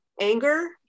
anger